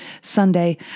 Sunday